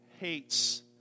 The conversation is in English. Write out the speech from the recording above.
hates